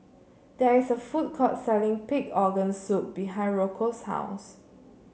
there is a food court selling Pig Organ Soup behind Rocco's house